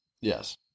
Yes